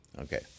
Okay